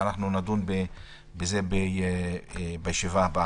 אנחנו נדון בזה בישיבה הבאה.